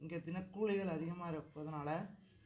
இங்கே தினக்கூலிகள் அதிகமாக இருப்பதினால